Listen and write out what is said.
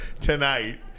tonight